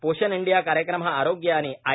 पोषण इंडिया कार्यक्रम हा आरोग्य आणि आय